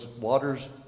waters